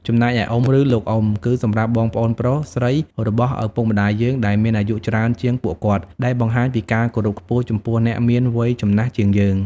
ចំណែកឯ អ៊ំ ឬលោកអ៊ំ គឺសម្រាប់បងប្អូនប្រុសស្រីរបស់ឪពុកម្ដាយយើងដែលមានអាយុច្រើនជាងពួកគាត់ ដែលបង្ហាញពីការគោរពខ្ពស់ចំពោះអ្នកមានវ័យចំណាស់ជាងយើង។